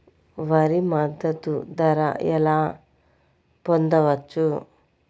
వరి మద్దతు ధర ఎలా పొందవచ్చు?